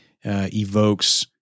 evokes